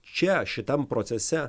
čia šitam procese